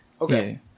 okay